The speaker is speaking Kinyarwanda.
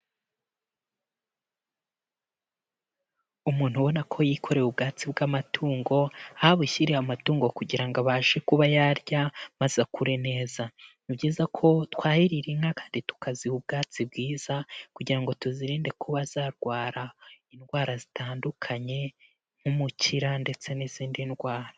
Umuntu ubona ko yikorewe ubwatsi bw'amatungo, aho abushyiriye amatungo kugira ngo abashe kuba yarya maze akure neza. Ni byiza ko twahirira inka kandi tukaziha ubwatsi bwiza, kugira tuzirinde kuba zarwara indwara zitandukanye nk'umukira ndetse n'izindi ndwara.